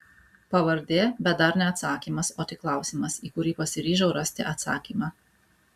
pavardė bet dar ne atsakymas o tik klausimas į kurį pasiryžau rasti atsakymą